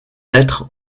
mettre